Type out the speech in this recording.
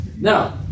no